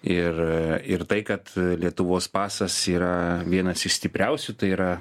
ir ir tai kad lietuvos pasas yra vienas iš stipriausių tai yra